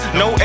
no